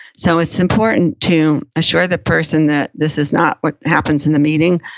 so it's important to assure the person that this is not what happens in the meeting.